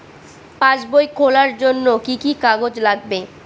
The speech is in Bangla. পাসবই খোলার জন্য কি কি কাগজ লাগবে?